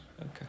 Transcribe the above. Okay